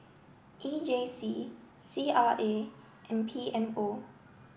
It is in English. E J C C R A and P M O